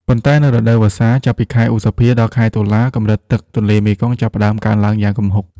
ប៉ុន្តែនៅរដូវវស្សា ចាប់ពីខែឧសភា ដល់ខែតុលា កម្រិតទឹកទន្លេមេគង្គចាប់ផ្តើមកើនឡើងយ៉ាងគំហុក។